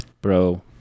Bro